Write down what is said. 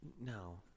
No